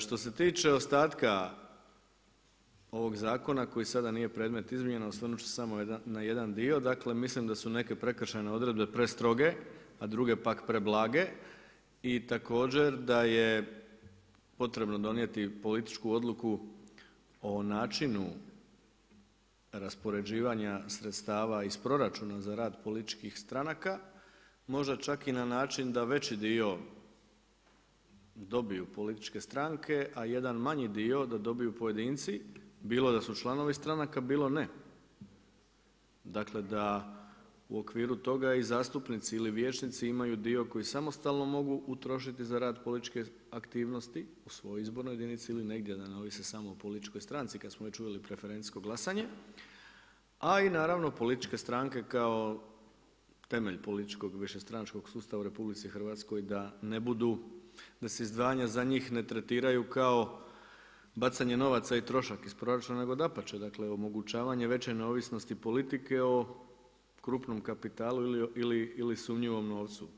Što se tiče ostatka ovog zakona koji sada nije predmet izmjena osvrnuti ću se samo na jedan dio, dakle mislim da su neke prekršajne odredbe prestroge a druge pak preblage i također da je potrebno donijeti političku odluku o načinu raspoređivanja sredstava iz proračuna za rad političkih stranaka možda čak i na način da veći dio dobiju političke stranke a jedan manji dio da dobiju pojedinci, bilo da su članovi stranaka bilo ne, dakle da u okviru toga i zastupnici ili vijećnici imaju dio koji samostalno mogu utrošiti za rad političke aktivnosti u svojoj izbornoj jedinici ili negdje da ne ovise samo o političkoj stranci kada smo već uveli preferencijsko glasanje a i naravno političke stranke kao temelj političkog višestranačkog sustava u RH da ne budu, da se izdvajanja za njih ne tretiraju kao bacanje novaca i trošak iz proračuna, nego dapače omogućavanje veće neovisnosti politike o krupnom kapitalu ili sumnjivom novcu.